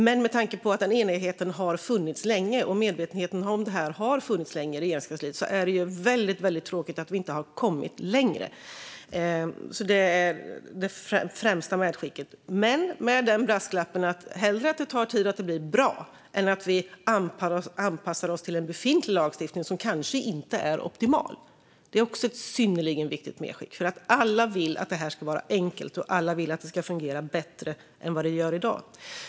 Men med tanke på att den enigheten har funnits länge och medvetenheten om det har funnits länge i Regeringskansliet är det väldigt tråkigt att vi inte har kommit längre. Det är det främsta medskicket. Men jag skickar med den brasklappen att det hellre får ta tid och blir bra än att vi anpassar oss till en befintlig lagstiftning som kanske inte är optimal. Det är också ett synnerligen viktigt medskick. Alla vill att det ska vara enkelt, och alla vill det ska fungera bättre än vad det gör i dag.